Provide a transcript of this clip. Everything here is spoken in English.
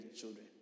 children